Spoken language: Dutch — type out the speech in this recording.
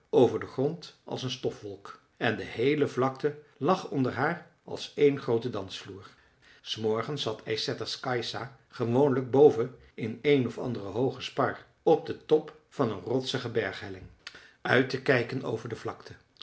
over den grond als een stofwolk en de heele vlakte lag onder haar als één groote dansvloer s morgens zat ysätters kajsa gewoonlijk boven in een of anderen hoogen spar op den top van een rotsige berghelling uit te kijken over de vlakte